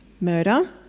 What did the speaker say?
murder